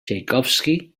txaikovski